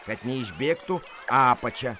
kad neišbėgtų apačia